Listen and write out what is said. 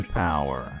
power